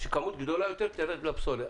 שכמות גדולה יותר תרד לפסולת.